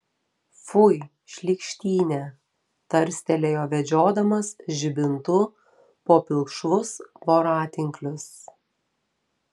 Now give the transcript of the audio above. fui šlykštynė tarstelėjo vedžiodamas žibintu po pilkšvus voratinklius